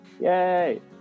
Yay